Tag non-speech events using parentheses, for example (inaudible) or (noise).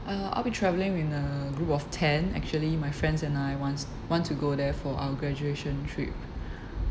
uh I'll be travelling with a group of ten actually my friends and I wants want to go there for our graduation trip (breath)